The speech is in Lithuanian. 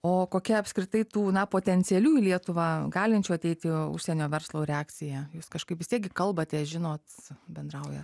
o kokia apskritai tų na potencialių į lietuvą galinčių ateiti užsienio verslo reakcija jūs kažkaip vis tiek gi kalbatės žinot bendrauja